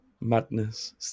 Madness